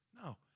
No